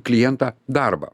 klientą darbą